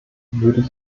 würde